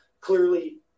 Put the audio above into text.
clearly